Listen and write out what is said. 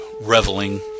reveling